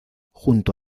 junto